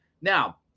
Now